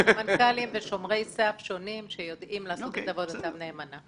סמנכ"לים ושומרי סף שונים שיודעים לעשות את עבודתם נאמנה.